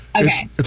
Okay